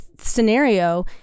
scenario